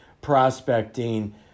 prospecting